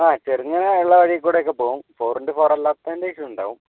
ആ ചെറുങ്ങനെയുള്ള വഴിയിൽക്കൂടെ ഒക്കെ പോവും ഫോർ ഇൻടു ഫോറ് അല്ലാത്തതിൻ്റെയൊക്കെയുണ്ടാവും